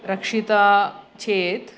रक्षिता चेत्